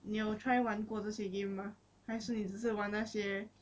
你有 try 玩过这些 game 吗还是你只是玩那些